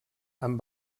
amb